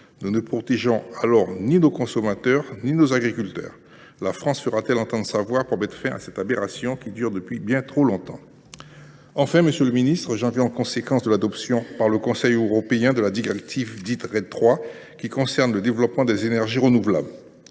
Nous ne protégeons alors ni nos consommateurs ni nos agriculteurs. La France fera t elle entendre sa voix pour mettre fin à cette aberration qui dure depuis bien trop longtemps ? J’en viens enfin aux conséquences de l’adoption, par le Conseil européen, de la directive dite RED III, qui concerne le développement des énergies renouvelables.